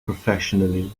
professionally